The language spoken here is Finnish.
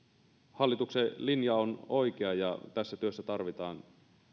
hallituksen linja on oikea ja tässä työssä tarvitaan